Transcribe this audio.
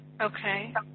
Okay